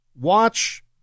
watch